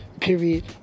period